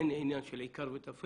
אין עניין של עיקר וטפל?